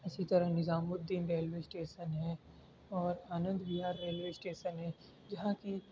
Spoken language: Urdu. اسی طرح Nizamuddin railway station ہے اور Anand Vihar railway station ہے جہاں کی